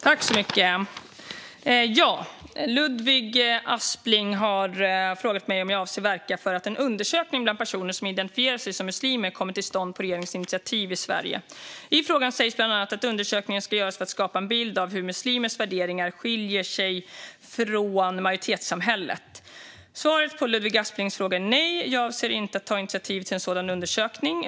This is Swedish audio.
Herr ålderspresident! Ludvig Aspling har frågat mig om jag avser att verka för att en undersökning bland personer som identifierar sig som muslimer kommer till stånd på regeringens initiativ i Sverige. I frågan sägs bland annat att undersökningen ska göras för att skapa en bild av hur muslimers värderingar skiljer sig från majoritetssamhället. Svaret på Ludvig Asplings fråga är nej. Jag avser inte att ta initiativ till en sådan undersökning.